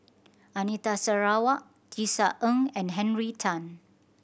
Anita Sarawak Tisa Ng and Henry Tan